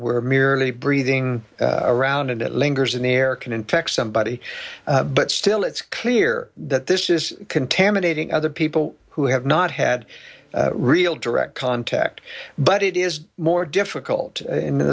were merely breathing around and it lingers in the air can infect somebody but still it's clear that this is contaminating other people who have not had real direct contact but it is more difficult in